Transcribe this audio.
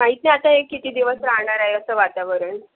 माहित नाही आता हे किती दिवस राहणार आहे असं वातावरण